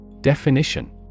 Definition